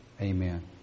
Amen